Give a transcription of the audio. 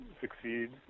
succeed